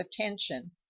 attention